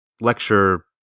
lecture